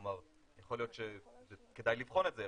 יכול להיות שכדאי לבחון את זה,